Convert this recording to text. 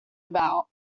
about